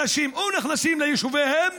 נכנסים ליישוביהם,